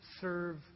serve